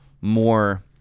more